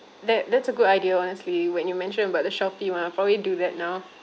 that that's a good idea honestly when you mention about the Shopee [one] I'll probably do that now